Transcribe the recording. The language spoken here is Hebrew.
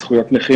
זכויות נכים,